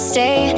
Stay